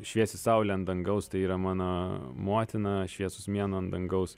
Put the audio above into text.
šviesi saulė ant dangaus tai yra mano motina šviesus mėnuo ant dangaus